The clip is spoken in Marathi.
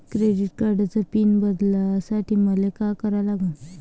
क्रेडिट कार्डाचा पिन बदलासाठी मले का करा लागन?